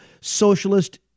socialist